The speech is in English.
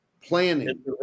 planning